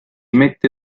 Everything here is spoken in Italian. mette